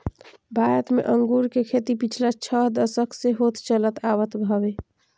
भारत में अंगूर के खेती पिछला छह दशक से होत चलत आवत हवे